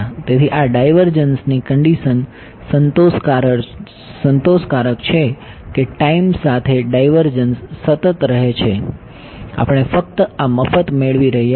તેથી આ ડાઇવરજન્સની કન્ડિશન સંતોષકારક છે કે ટાઈમ સાથે ડાઇવરજન્સ સતત રહે છે આપણે ફક્ત આ મફત મેળવી રહ્યા છીએ